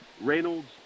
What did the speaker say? Reynolds